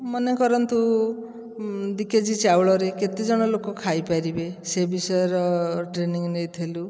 ମନେ କରନ୍ତୁ ଦୁଇ କେଜି ଚାଉଳରେ କେତେ ଜଣ ଲୋକ ଖାଇପାରିବେ ସେ ବିଷୟର ଟ୍ରେନିଂ ନେଇଥିଲୁ